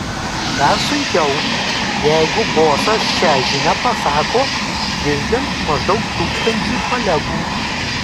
dar sunkiau jeigu bosas šią žinią pasako girdint maždaug tūkstančiui kolegų